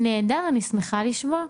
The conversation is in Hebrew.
נהדר, אני שמחה לשמוע.